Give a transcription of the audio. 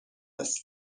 است